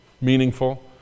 meaningful